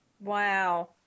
Wow